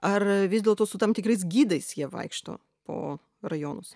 ar vis dėlto su tam tikrais gidais jie vaikšto po rajonus